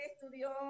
estudió